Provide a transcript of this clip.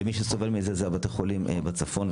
ומי שסובל מזה זה בתי החולים בצפון,